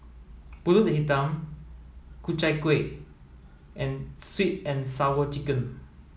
Pulut Hitam Ku Chai Kueh and sweet and sour chicken